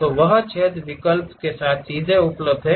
तो वह छेद विकल्प सीधे उपलब्ध है